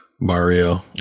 Mario